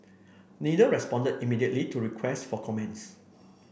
neither responded immediately to requests for comments